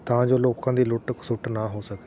ਤਾਂ ਜੋ ਲੋਕਾਂ ਦੀ ਲੁੱਟ ਕਸੁੱਟ ਨਾ ਹੋ ਸਕੇ